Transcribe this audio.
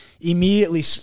immediately